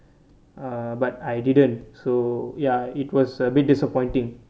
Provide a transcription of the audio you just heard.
but I didn't so ya it was a bit disappointing